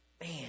Man